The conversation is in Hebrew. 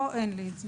אין לי את זה פה.